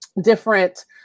different